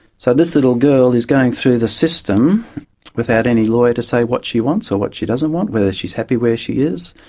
so this little girl is going through the system without any lawyer to say what she wants or so what she doesn't want, whether she is happy where she is,